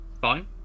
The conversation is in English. fine